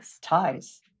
ties